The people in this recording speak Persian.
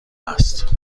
است